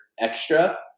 extra